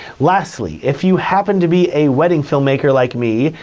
lastly, if you happen to be a wedding filmmaker like me,